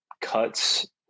cuts